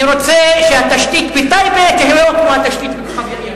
אני רוצה שהתשתית בטייבה תהיה כמו התשתית בכפר-גלים,